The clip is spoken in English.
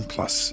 Plus